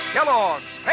Kellogg's